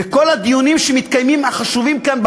וכל הדיונים החשובים שמתקיימים כאן,